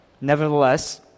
Nevertheless